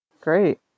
Great